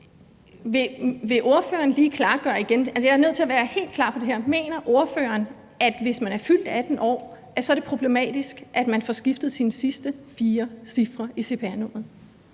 jeg er nødt til at være helt klar på det her: Mener ordføreren, at det, hvis man er fyldt 18 år, er problematisk, at man får skiftet sine sidste fire cifre i cpr-nummeret?